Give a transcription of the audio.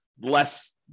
less